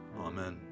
Amen